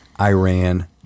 Iran